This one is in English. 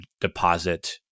deposit